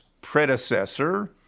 predecessor